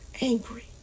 angry